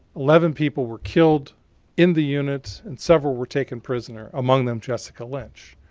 eleven people were killed in the unit. and several were taken prisoner, among them jessica lynch.